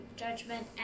judgment